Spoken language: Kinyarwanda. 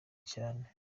cyane